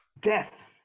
death